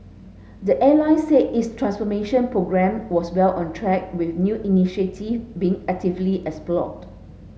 the airline said its transformation programme was well on track with new initiative being actively explored